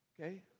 Okay